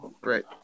Great